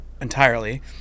entirely